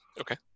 Okay